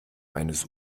eines